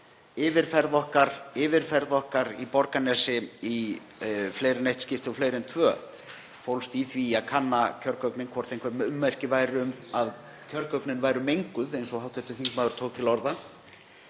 Yfirferð okkar í Borgarnesi í fleiri en eitt skipti og fleiri en tvö fólst í því að kanna kjörgögnin, hvort einhver ummerki væru um að kjörgögnin væru menguð, eins og hv. þingmaður tók til orða.